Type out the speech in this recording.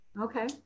Okay